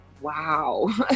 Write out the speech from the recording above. wow